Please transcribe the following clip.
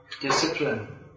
discipline